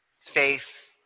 faith